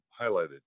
highlighted